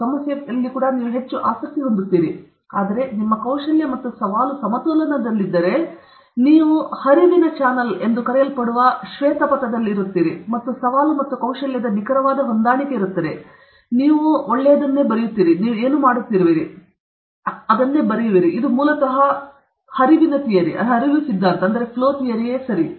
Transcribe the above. ಸಮಸ್ಯೆ ಕೂಡಾ ನೀವು ಹೆಚ್ಚು ಆಸಕ್ತಿ ಹೊಂದುತ್ತೀರಿ ಆದರೆ ನಿಮ್ಮ ಕೌಶಲ್ಯ ಮತ್ತು ಸವಾಲು ಸಮತೋಲನದಲ್ಲಿದ್ದರೆ ನೀವು ಹರಿವಿನ ಚಾನಲ್ ಎಂದು ಕರೆಯಲ್ಪಡುವ ಶ್ವೇತ ಪಥದಲ್ಲಿರುತ್ತೀರಿ ಮತ್ತು ಸವಾಲು ಮತ್ತು ಕೌಶಲ್ಯದ ನಿಖರವಾದ ಹೊಂದಾಣಿಕೆಯಿರುತ್ತದೆ ನೀವು ಬರುತ್ತೀರಿ ಒಳ್ಳೆಯದು ಮತ್ತು ನೀವು ಏನು ಮಾಡುತ್ತಿರುವಿರಿ ಇದು ಮೂಲತಃ ಫ್ಲೋ ಥಿಯರಿ ಸರಿಯೇ